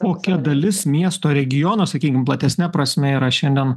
kokia dalis miesto regiono sakykim platesne prasme yra šiandien